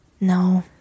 No